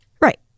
right